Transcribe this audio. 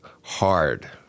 hard